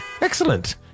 Excellent